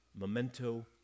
Memento